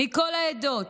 מכל העדות,